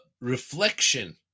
reflection